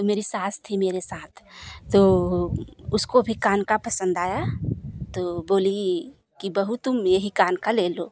तो मेरी सास थी मेरे साथ तो उसको भी कान का पसंद आया तो बोली कि बहू तुम यही कान का ले लो